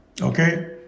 okay